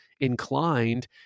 inclined